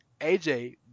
AJ